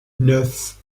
neuf